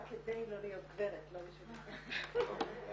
כיוון ששמענו שיש מקרים שבהם לוקח זמן רב מרגע